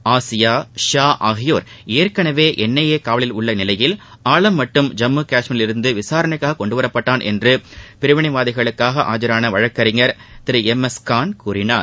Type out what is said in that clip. Asia Shah ஆகியோர் ஏற்கனவே N I A காவலில் உள்ள நிலையில் ஆலம் மட்டும் ஜம்மு காஷ்மீரில் இருந்து விசாணைக்காக கொண்டுவரப்பட்டான் என்று பிரிவினைவாதிகளுக்காக ஆஜான வழக்கறிஞர் திரு எம் எஸ் கான் கூறினார்